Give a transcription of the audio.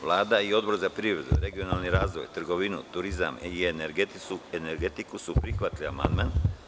Vlada i Odbor za privredu, regionalni razvoj, trgovinu, turizam i energetiku su prihvatili amandman.